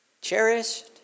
Cherished